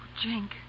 Jink